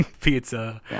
pizza